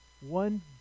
one